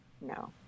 No